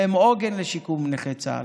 והם עוגן לשיקום נכי צה"ל,